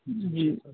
جی